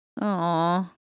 Aw